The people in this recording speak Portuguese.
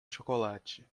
chocolate